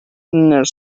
nel